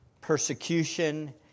persecution